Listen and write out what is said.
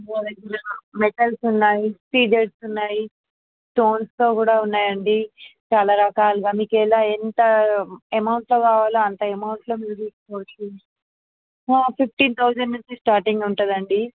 metals ఉన్నాయి సిజడ్స్ ఉన్నాయి స్టోన్స్లో కూడా ఉన్నాయి అండి చాలా రకాలుగా మీకు ఎలా ఎంత అమౌంట్లో కావాలో అంత అమౌంట్లో మీరు చూడవచ్చు హా ఫిఫ్టీన్ థౌసండ్ నుంచి స్టార్టింగ్ ఉంటుంది అండి